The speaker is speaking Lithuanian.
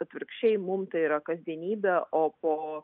atvirkščiai mum tai yra kasdienybė o po